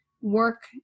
work